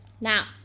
now